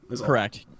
Correct